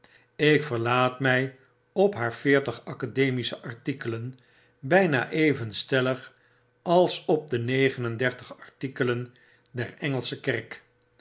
ik verlaat mij op haar veertig academische artikelen bijna even stellig als op de negen en dertig artikelen der engelsche kerk